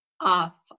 off